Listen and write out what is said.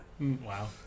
Wow